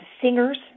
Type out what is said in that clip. singers